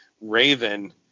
raven